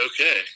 okay